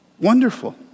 Wonderful